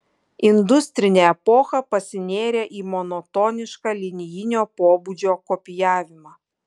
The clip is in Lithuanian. industrinė epocha pasinėrė į monotonišką linijinio pobūdžio kopijavimą